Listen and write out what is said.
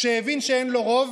כשהבין שאין לו רוב.